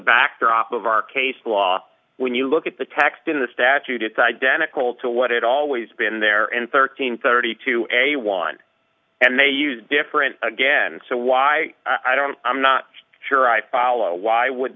backdrop of our case law when you look at the text in the statute it's identical to what it always been there in thirteen thirty two a one and they used different again so why i don't i'm not sure i follow why would